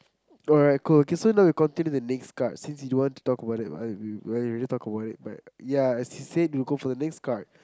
alright cool K so now we can continue the next card since you want to talk about it like when we already talked about it but ya as he said we will go for the next card